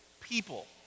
people